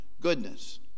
goodness